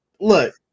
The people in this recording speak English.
Look